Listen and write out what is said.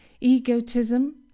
egotism